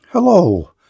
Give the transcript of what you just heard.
Hello